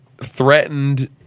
threatened